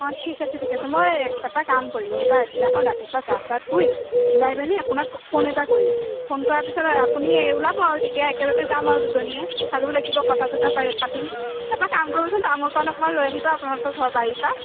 অঁ ঠিক আছে ঠিক আছে মই এটা কাম কৰিম উৰুকাৰ আগদিনাখন ৰাতিপুৱা গা চা ধুই ওলাই মেলি আপোনাক ফোন এটা কৰিম ফোন কৰাৰ পিছত আপুনি ওলাব আৰু তেতিয়া একেলগে যাম আৰু দুইজনীয়ে ভালো লাগিব কথা চথা পাতি পাতিম এটা কাম কৰিবচোন তামোল পান অকণমান লৈ আহিব আপোনালোকৰ ঘৰৰ বাৰীৰ পৰা